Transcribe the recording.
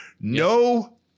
No